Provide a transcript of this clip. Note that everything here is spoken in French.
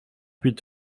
huit